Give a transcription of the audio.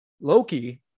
Loki